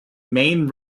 main